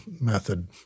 method